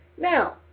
Now